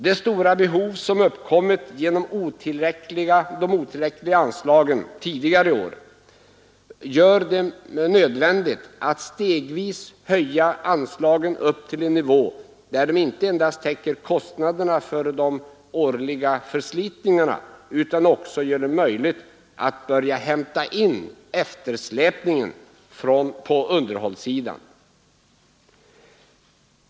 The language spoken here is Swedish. Det stora behov som uppkommit genom de otillräckliga anslagen tidigare år gör det nödvändigt att stegvis höja anslagen upp till en nivå, där de inte endast täcker kostnaderna för de årliga förslitningarna utan också gör det möjligt att börja hämta in eftersläpningen på underhållssidan.